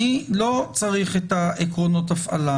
אני לא צריך את עקרונות ההפעלה,